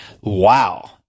wow